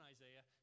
Isaiah